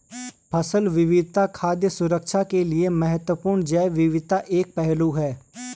फसल विविधता खाद्य सुरक्षा के लिए महत्वपूर्ण जैव विविधता का एक पहलू है